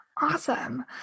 Awesome